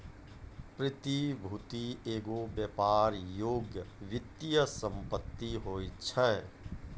प्रतिभूति एगो व्यापार योग्य वित्तीय सम्पति होय छै